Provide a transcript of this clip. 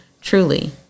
truly